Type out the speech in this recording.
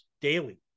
daily